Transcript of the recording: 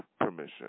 permission